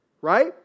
right